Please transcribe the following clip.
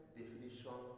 definition